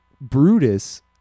Brutus